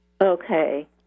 Okay